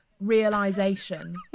realization